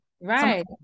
Right